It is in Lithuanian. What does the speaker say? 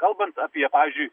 kalbant apie pavyzdžiui